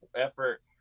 effort